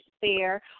fair